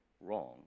wrong